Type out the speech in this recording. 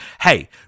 hey